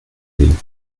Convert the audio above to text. sie